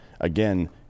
again